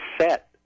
set